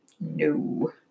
no